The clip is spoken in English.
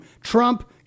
Trump